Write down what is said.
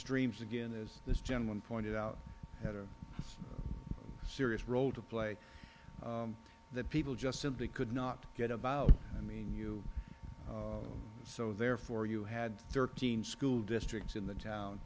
streams again is this gentleman pointed out had a serious role to play that people just simply could not get about i mean you so therefore you had thirteen school districts in the